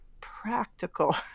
practical